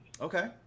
Okay